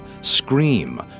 scream